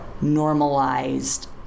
normalized